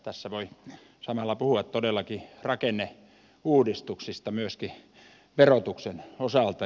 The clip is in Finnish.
tässä voi samalla puhua todellakin rakenneuudistuksista myöskin verotuksen osalta